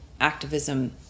activism